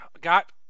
got